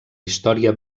història